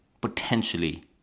potentially